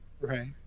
Right